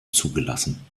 zugelassen